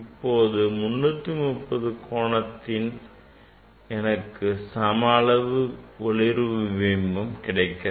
போது 330 டிகிரி கோணத்தில் எனக்கு சம அளவு ஒளிர்வு பிம்பம் கிடைக்கிறது